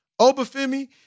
Obafemi